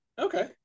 Okay